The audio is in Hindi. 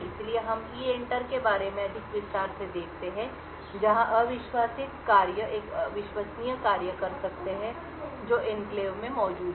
संदर्भ समय को देखें १२३४ इसलिए हम EENTER के बारे में और अधिक विस्तार से देखते हैं जहाँ अविश्वासित कार्य एक विश्वसनीय कार्य कर सकते हैं जो एन्क्लेव में मौजूद है